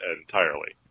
entirely